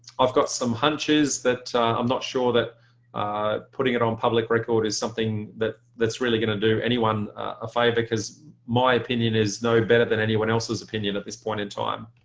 i've got some hunches that i'm not sure that putting it on public record is something that that's really going to do anyone a favor because my opinion is no better than anyone else's opinion at this point in time.